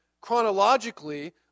chronologically